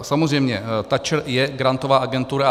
Samozřejmě TA ČR je grantová agentura.